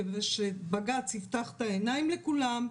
כדי שבג"ץ יפתח את העיניים לכולם,